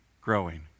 growing